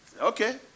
Okay